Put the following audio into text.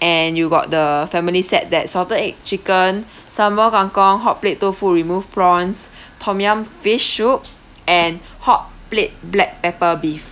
and you got the family set that salted egg chicken sambal kangkong hot plate tofu remove prawns tom yum fish soup and hot plate black pepper beef